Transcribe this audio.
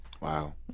Wow